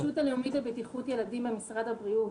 פשוט --- הרשות הלאומית לבטיחות ילדים במשרד הבריאות.